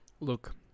Look